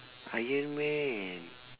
iron man